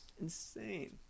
Insane